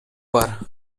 бар